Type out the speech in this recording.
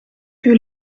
que